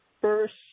First